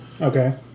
Okay